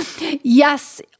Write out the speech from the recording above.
Yes